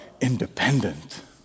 independent